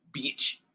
bitch